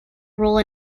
role